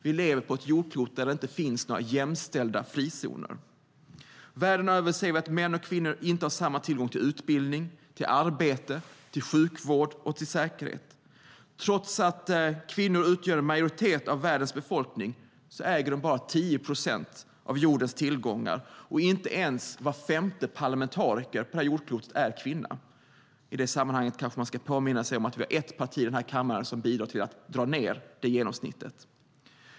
Vi lever på ett jordklot där det inte finns några jämställda frizoner. Världen över ser vi att män och kvinnor inte har samma tillgång till utbildning, arbete, sjukvård och säkerhet. Trots att kvinnor utgör en majoritet av världens befolkning äger de bara 10 procent av jordens tillgångar, och inte ens var femte parlamentariker på detta jordklot är kvinna. I det sammanhanget kanske man ska påminna om att vi har ett parti i denna kammare som bidrar till att dra ned det genomsnittet.